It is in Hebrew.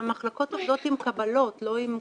המחלקות עובדות עם קבלות, לא עם קופות,